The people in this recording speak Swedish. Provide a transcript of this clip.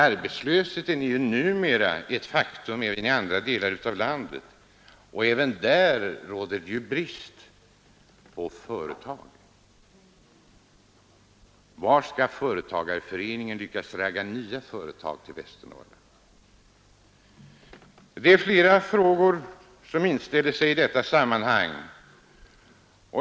Arbetslösheten är ju numera ett faktum också i andra delar av landet, och även där råder det brist på företag. Var skall företagareföreningen lyckas ”ragga” nya företag till Västernorrland? Det är många frågor som inställer sig i detta sammanhang.